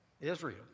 Israel